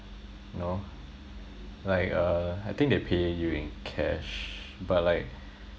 no like uh I think they pay you in cash but like